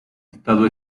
estado